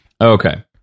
Okay